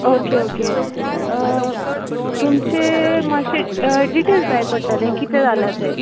okay okay तुमचे मातशे details जाय पडटले कितें जाला तें